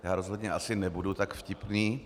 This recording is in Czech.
Já rozhodně asi nebudu tak vtipný.